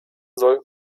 soll